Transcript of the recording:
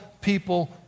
people